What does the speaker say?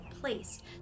placed